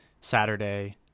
Saturday